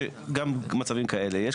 שגם מצבים כאלה יש,